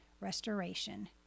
restoration